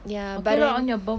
ya but then